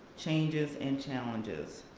changes, and challenges.